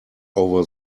over